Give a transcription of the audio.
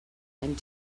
and